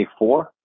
24